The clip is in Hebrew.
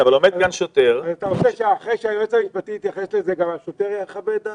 אתה רוצה שאחרי שהיועץ המשפטי התייחס לזה גם השוטר יחווה את דעתו?